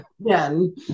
Again